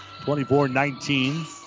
24-19